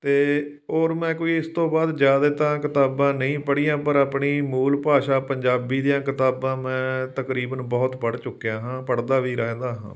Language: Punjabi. ਅਤੇ ਔਰ ਮੈਂ ਕੋਈ ਇਸ ਤੋਂ ਬਾਅਦ ਜ਼ਿਆਦਾ ਤਾਂ ਕਿਤਾਬਾਂ ਨਹੀਂ ਪੜ੍ਹੀਆਂ ਪਰ ਆਪਣੀ ਮੂਲ ਭਾਸ਼ਾ ਪੰਜਾਬੀ ਦੀਆਂ ਕਿਤਾਬਾਂ ਮੈਂ ਤਕਰੀਬਨ ਬਹੁਤ ਪੜ੍ਹ ਚੁੱਕਿਆ ਹਾਂ ਪੜ੍ਹਦਾ ਵੀ ਰਹਿੰਦਾ ਹਾਂ